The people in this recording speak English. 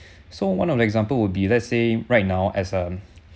so one of the example would be let's say right now as um